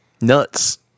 Nuts